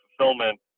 fulfillment